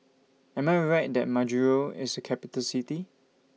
Am I Right that Majuro IS A Capital City